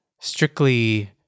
strictly